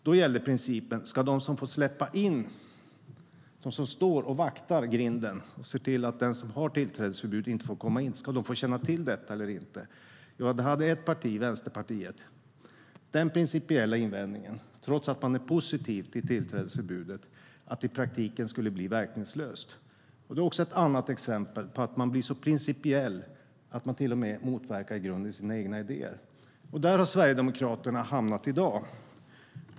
Då gällde det principen: Ska de som får släppa in, de som står och vaktar grinden och ser till att den som har tillträdesförbud inte får komma in, få känna till detta eller inte? Ett parti, Vänsterpartiet, hade - trots att man är positiv till tillträdesförbudet - en principiell invändning så att det i praktiken skulle bli verkningslöst. Det är ett exempel på att man blir så principiell att man till och med i grunden motverkar sina egna idéer. Där har Sverigedemokraterna hamnat i dag.